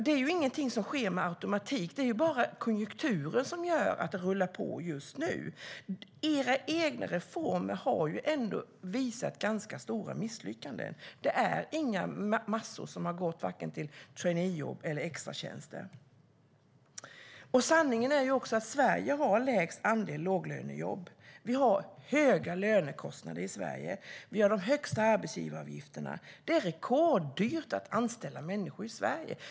Det är ingenting som sker med automatik. Det är bara konjunkturen som gör att det rullar på just nu. Era egna reformer har blivit stora misslyckanden. Det är inga massor som har gått till traineejobb eller till extratjänster. Sanningen är också att Sverige har lägst andel låglönejobb. Lönekostnaderna är höga i Sverige. Arbetsgivaravgifterna är högst. Det är rekorddyrt att anställa människor i Sverige.